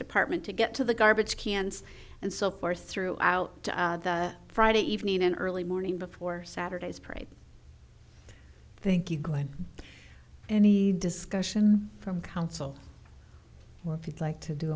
department to get to the garbage cans and so forth throughout friday evening and early morning before saturday's parade thank you glenn any discussion from council if you'd like to do